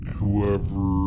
whoever